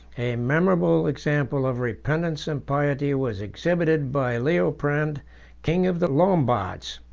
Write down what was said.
a memorable example of repentance and piety was exhibited by liutprand, king of the lombards.